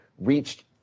reached